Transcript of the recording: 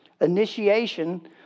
initiation